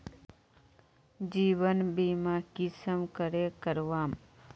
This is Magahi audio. जीवन बीमा कुंसम करे करवाम?